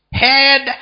head